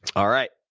all right,